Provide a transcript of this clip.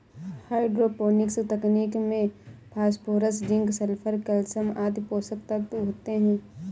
hydroponics तकनीक में phosphorus, zinc, sulphur, calcium आदि पोषक तत्व होते है